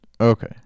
Okay